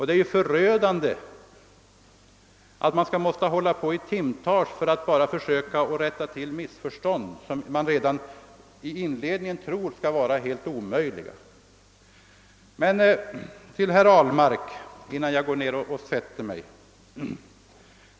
Det är förödande att man i timtal måste hålla på med att försöka rätta till missförstånd, som man redan i inledningen trodde var helt omöjliga.